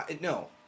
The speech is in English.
no